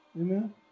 Amen